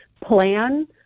plan